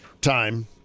time